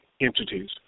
entities